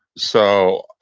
so